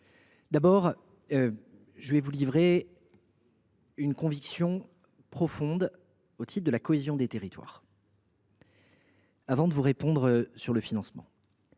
d’abord vous livrer une de mes convictions profondes au titre de la cohésion des territoires, avant de vous répondre sur le financement.